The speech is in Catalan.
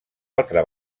altra